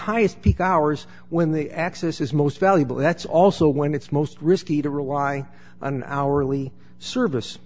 highest peak hours when the access is most valuable that's also when it's most risky to rely on our early service